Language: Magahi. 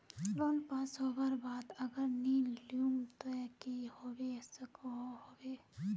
लोन पास होबार बाद अगर नी लुम ते की होबे सकोहो होबे?